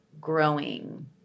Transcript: growing